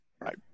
Right